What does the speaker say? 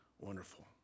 wonderful